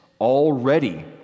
already